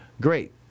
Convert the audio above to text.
great